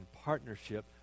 partnership